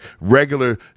regular